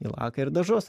į laką ir dažus